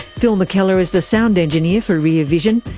phil mckellar is the sound engineer for rear vision.